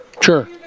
Sure